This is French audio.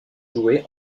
joué